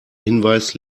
hinweis